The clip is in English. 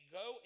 go